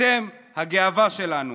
אתם הגאווה שלנו.